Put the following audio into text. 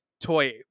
toy